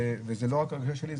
וזו לא רק ההרגשה שלי,